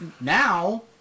now